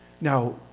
Now